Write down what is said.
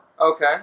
Okay